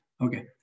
Okay